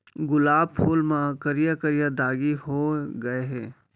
गुलाब फूल म करिया करिया दागी हो गय हे